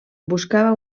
buscava